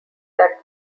that